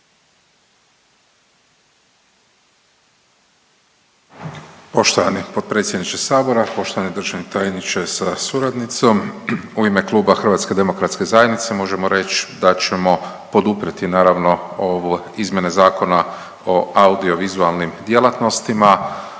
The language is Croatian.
Poštovani potpredsjedniče Sabora, poštovani državni tajniče sa suradnicom. U ime kluba HDZ-a možemo reć da ćemo poduprijeti naravno ovo izmjene Zakona o audiovizualnim djelatnostima.